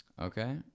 okay